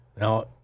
Now